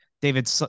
David